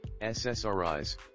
SSRIs